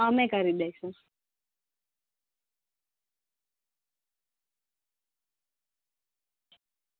અમે કરી દઈશું